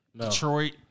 Detroit